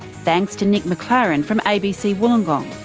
thanks to nick mclaren from abc wollongong,